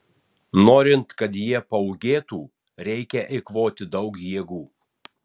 norint kad jie paūgėtų reikia eikvoti daug jėgų